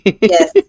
Yes